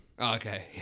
okay